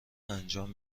انجام